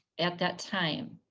at that time.